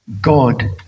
God